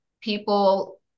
people